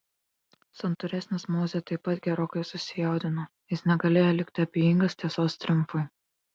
santūresnis mozė taip pat gerokai susijaudino jis negalėjo likti abejingas tiesos triumfui